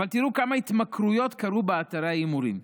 אבל תראו כמה התמכרויות קרו באתרי ההימורים,